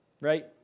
right